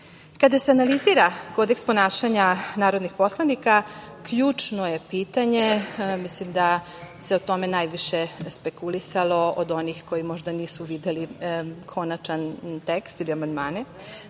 se analizira kodeks ponašanja narodnih poslanika ključno je pitanje, mislim da se o tome najviše spekulisalo od onih koji možda nisu videli konačan tekst ili amandmane,